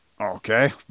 Okay